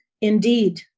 Indeed